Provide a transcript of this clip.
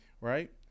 right